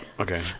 okay